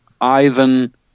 Ivan